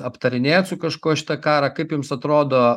aptarinėjot su kažkuo šitą karą kaip jums atrodo